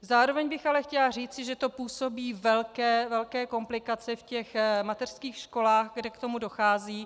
Zároveň bych ale chtěla říci, že to působí velké komplikace v těch mateřských školách, kde k tomu dochází.